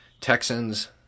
Texans